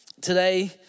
Today